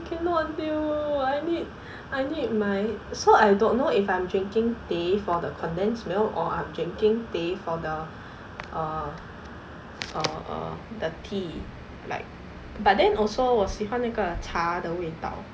cannot deal I need I need my so I don't know if I'm drinking teh for the condensed milk or I'm drinking teh for the uh uh uh the tea like but then also 我喜欢那个茶的味道